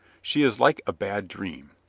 she is like a bad dream.